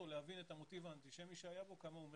ולהבין את המוטיב האנטישמי שהיה בו וכמה הוא מרכזי.